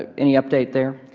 ah any update there?